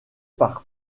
par